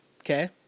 okay